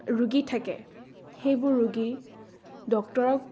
ৰোগী থাকে সেইবোৰ ৰোগী ডক্তৰক